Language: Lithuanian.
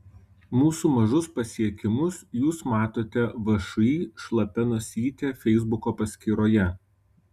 mūsų mažus pasiekimus jūs matote všį šlapia nosytė feisbuko paskyroje